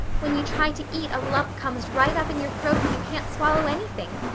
when you try to eat a lump comes right up in your throat and you can't swallow anything,